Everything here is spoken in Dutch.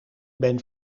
ben